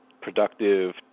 productive